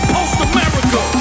Post-America